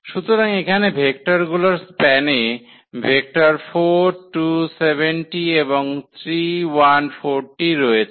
সুতরাং এখানে ভেক্টরগুলির স্প্যানে ভেক্টর 4 2 7𝑇 এবং 3 1 4T রয়েছে